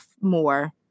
more